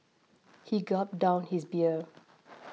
he gulped down his beer